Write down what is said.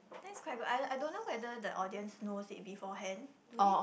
that's quite good I I don't know whether the audience knows it before hand do they